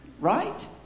Right